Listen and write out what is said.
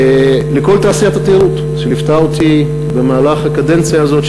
לכל תעשיית התיירות שליוותה אותי במהלך הקדנציה הזאת,